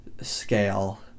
scale